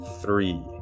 three